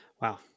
Wow